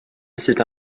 c’est